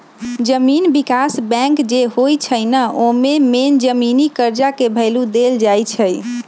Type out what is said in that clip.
जमीन विकास बैंक जे होई छई न ओमे मेन जमीनी कर्जा के भैलु देल जाई छई